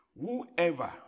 whoever